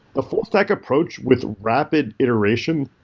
the full stack approach with rapid iteration,